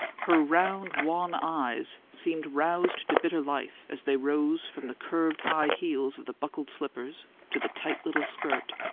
her round, wan eyes seemed roused to bitter life as they rose from the curved high heels of the buckled slippers to the tight little skirt,